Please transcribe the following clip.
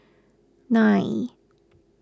nine